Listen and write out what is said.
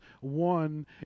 one